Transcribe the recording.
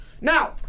Now